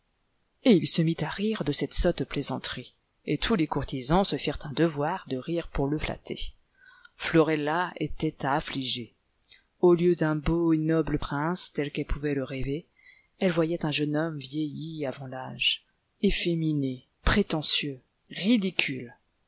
et il se mit à rire de cette sotte plaisanterie et tous les courtisans se firent un devoir de rire pour le flatter florella était affligée au lieu d'un beau et noble prince tel qu'elle pouvait le rêver elle voyait un jeune homme vieilli avant l'âge efféminé prétentieux ridicule